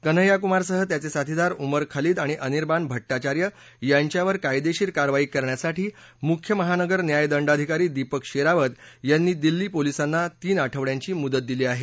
कन्हैयाकुमार सह त्याचे साथीदार उमर खालीद आणि अनिर्बान भट्टाचार्य यांच्यावर कायदेशीर कारवाई करण्यासाठी मुख्य महानगर न्याय दंडाधिकारी दीपक शेरावत यांनी दिल्ली पोलीसांना तीन आठवड्यांची मुदत दिली आहे